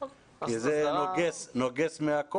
כי זה נוגס מהכוח.